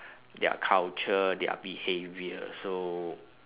their culture their behaviour so